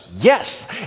yes